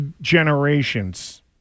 generations